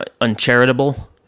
uncharitable